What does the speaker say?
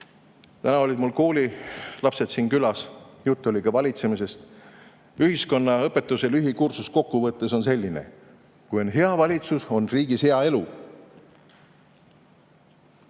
Täna olid mul koolilapsed siin külas. Juttu oli ka valitsemisest. Ühiskonnaõpetuse lühikursus kokkuvõttes on selline: kui on hea valitsus, on riigis hea elu,